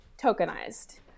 tokenized